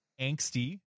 angsty